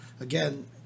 again